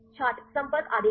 छात्र संपर्क आदेश